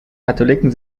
katholiken